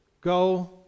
go